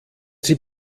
sie